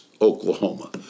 Oklahoma